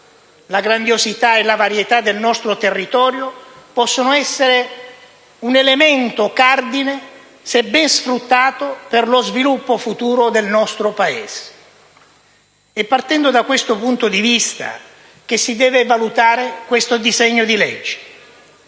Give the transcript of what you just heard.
la grandiosità e la varietà del nostro territorio possono essere un elemento cardine, se ben sfruttato, per lo sviluppo futuro del nostro Paese. È partendo da questo punto di vista che si deve valutare il disegno di legge